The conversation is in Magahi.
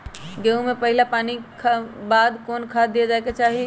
गेंहू में पहिला पानी के बाद कौन खाद दिया के चाही?